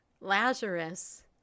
Lazarus